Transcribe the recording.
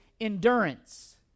endurance